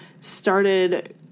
started